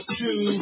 two